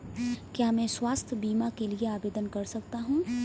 क्या मैं स्वास्थ्य बीमा के लिए आवेदन कर सकता हूँ?